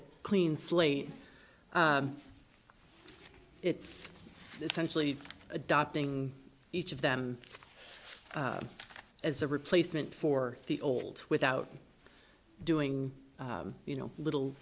a clean slate it's essentially adopting each of them as a replacement for the old without doing you know little